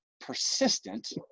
persistent